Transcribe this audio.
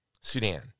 Sudan